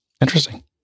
Interesting